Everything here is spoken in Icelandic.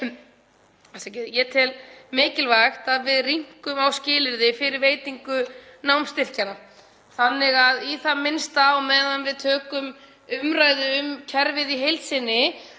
ég tel mikilvægt að við rýmkum skilyrði fyrir veitingu námsstyrkjanna þannig að í það minnsta á meðan við tökum umræðu um kerfið í heild sinni